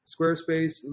Squarespace